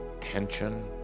tension